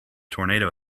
tornado